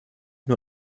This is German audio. nur